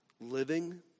Living